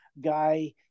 guy